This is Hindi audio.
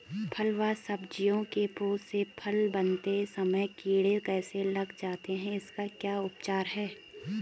फ़ल व सब्जियों के फूल से फल बनते समय कीड़े कैसे लग जाते हैं इसका क्या उपचार है?